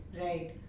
right